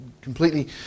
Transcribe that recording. completely